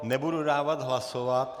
Nebudu dávat hlasovat.